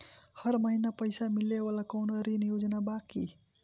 हर महीना पइसा मिले वाला कवनो ऋण योजना बा की?